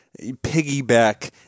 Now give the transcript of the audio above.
piggyback